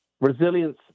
Resilience